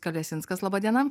kavesinskas laba diena